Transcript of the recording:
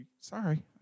sorry